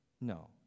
No